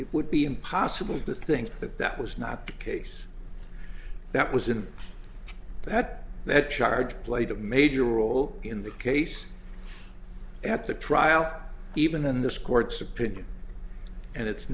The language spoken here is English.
it would be impossible to think that that was not the case that was in that that charge played a major role in the case at the trial even in th